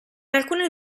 alcune